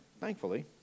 Thankfully